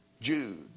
Jude